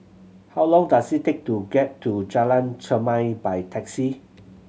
how long does it take to get to Jalan Chermai by taxi